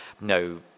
no